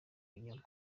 binyoma